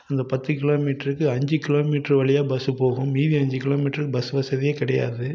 அந்த பத்து கிலோமீட்டருக்கு அஞ்சு கிலோமீட்ரு வழியாக பஸ்ஸு போகும் மீதி அஞ்சு கிலோமீட்டருக்கு பஸ் வசதியே கிடையாது